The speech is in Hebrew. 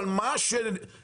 על מה שהושמד,